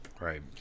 Right